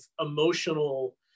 emotional